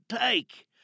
take